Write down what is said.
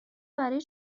برای